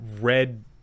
red